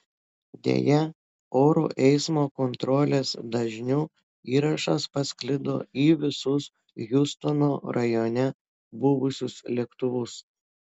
deja oro eismo kontrolės dažniu įrašas pasklido į visus hjustono rajone buvusius lėktuvus